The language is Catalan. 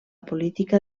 política